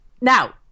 Now